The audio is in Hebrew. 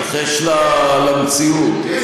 ככה שיהיה לך